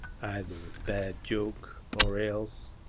either a bad joke, or else